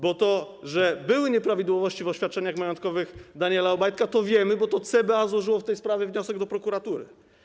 Bo to, że były nieprawidłowości w oświadczeniach majątkowych Daniela Obajtka, to wiemy, bo to CBA złożyło w tej sprawie wniosek do prokuratury.